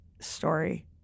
story